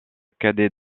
cadet